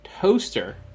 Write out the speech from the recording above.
toaster